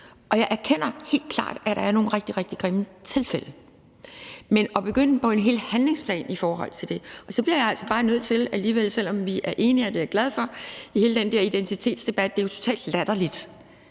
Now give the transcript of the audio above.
og jeg erkender helt klart, at der er nogle rigtig, rigtig grimme tilfælde, men begrunder det en hel handlingsplan i forhold til det? Og så bliver jeg altså bare alligevel nødt til – selv om vi er enige, og det er jeg glad for – i forhold til hele den der identitetsdebat at sige, at det jo er totalt latterligt,